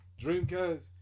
Dreamcast